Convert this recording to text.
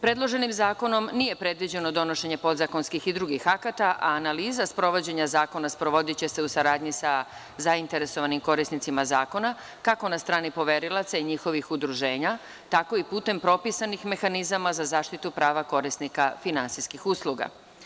Predloženim zakonom nije predviđeno donošenje podzakonskih i drugih akata, a analiza sprovođenja zakona sprovodiće se u saradnji sa zainteresovanim korisnicima zakona kako na strani poverilaca i njihovih udruženja tako i putem propisanih mehanizama za zaštitu prava korisnika finansijskih usluga.